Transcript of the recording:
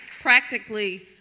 practically